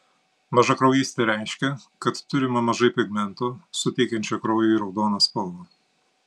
mažakraujystė reiškia kad turima mažai pigmento suteikiančio kraujui raudoną spalvą